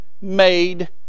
made